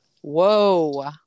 Whoa